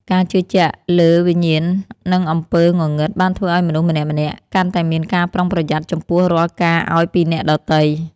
ការជឿជាក់លើវិញ្ញាណនិងអំពើងងឹតបានធ្វើឱ្យមនុស្សម្នាក់ៗកាន់តែមានការប្រុងប្រយ័ត្នចំពោះរាល់ការអោយពីអ្នកដទៃ។